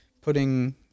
putting